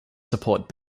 support